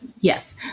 Yes